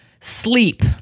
sleep